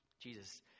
Jesus